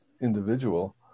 individual